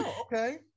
okay